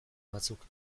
batzuk